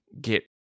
get